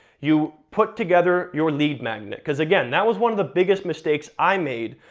you put together your lead magnet. cause again, that was one of the biggest mistakes i made,